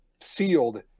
sealed